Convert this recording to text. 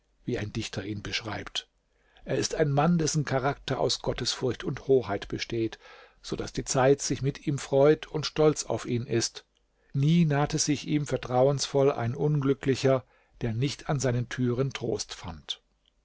wie ein dichter ihn beschreibt er ist ein mann dessen charakter aus gottesfurcht und hoheit besteht so daß die zeit sich mit ihm freut und stolz auf ihn ist nie nahte sich ihm vertrauensvoll ein unglücklicher der nicht an seinen türen trost fand